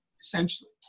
essentially